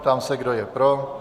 Ptám se, kdo je pro.